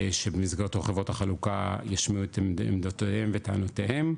שבמסגרתו חברות החלוקה ישמיעו את עמדותיהן וטענותיהן,